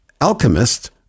alchemist